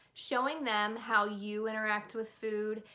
showing them how you interact with food,